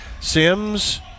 Sims